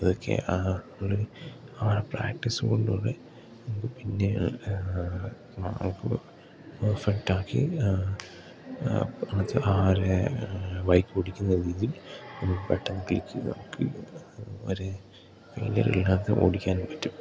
ഇതൊക്കെ ആ നിങ്ങൾ ആ പ്രാക്ടീസ് കൊണ്ട് കൂടെ നമുക്ക് പിന്നെ അവർക്ക് പെർഫെക്റ്റാക്കി അത് ആരെ ബൈക്ക് ഓടിക്കുന്ന രീതിയിൽ നമുക്ക് ബട്ടൺ ക്ലിക്ക് ചെയ്ത് നമുക്ക് ഒരു എല്ലാ എല്ലാത്തിലും ഓടിക്കാൻ പറ്റും